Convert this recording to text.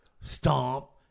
stomp